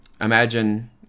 imagine